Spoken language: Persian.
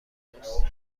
توست